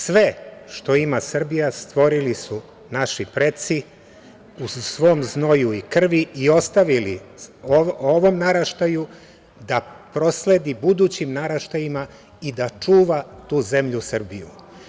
Sve što ima Srbija stvorili su naši preci u svom znoju i krvi i ostavili ovom naraštaju da prosledi budućim naraštajima i da čuva tu zemlju Srbiju.